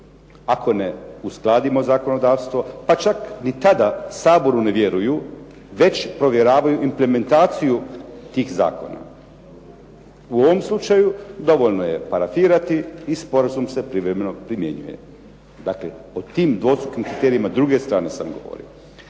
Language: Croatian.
ako ne uskladimo zakonodavstvo, pa čak ni tada Saboru ne vjeruju, već provjeravaju implementaciju tih zakona. U ovom slučaju, dovoljno je parafirati i sporazum se privremeno primjenjuje. Dakle, o tim dvostrukim kriterijima druge strane sam govorio.